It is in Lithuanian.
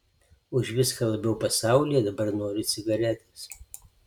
už viską labiau pasaulyje dabar noriu cigaretės